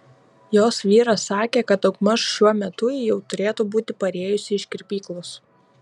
jos vyras sakė kad daugmaž šiuo metu ji jau turėtų būti parėjusi iš kirpyklos